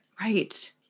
Right